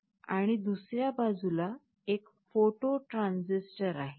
आणि दुसऱ्या बाजूला एक फोटो ट्रान्झिस्टर आहे